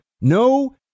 no